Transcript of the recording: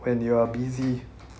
when you are busy